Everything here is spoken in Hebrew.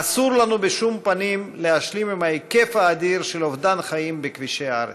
אסור לנו בשום פנים להשלים עם ההיקף האדיר של אובדן חיים בכבישי הארץ.